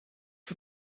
for